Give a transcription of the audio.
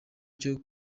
cyo